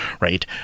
right